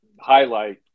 highlight